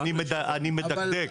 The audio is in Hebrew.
אני מדקדק.